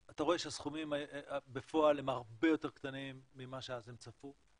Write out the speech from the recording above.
אתה רואה שהסכומים בפועל הם הרבה יותר קטנים ממה שאז הם צפו.